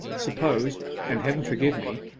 suppose and heaven forgive me,